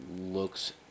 looks